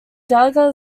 gallagher